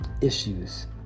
issues